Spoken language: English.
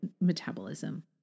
metabolism